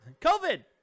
COVID